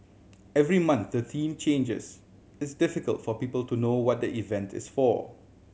every month the theme changes it's difficult for people to know what the event is for